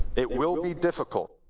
it will be difficult.